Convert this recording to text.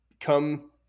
Come